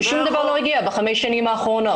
ושום דבר לא הגיע בחמש השנים האחרונות.